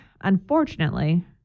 unfortunately